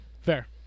fair